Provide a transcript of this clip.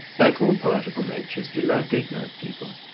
like all poetical natures he loved ignorant people.